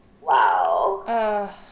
wow